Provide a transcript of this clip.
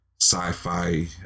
sci-fi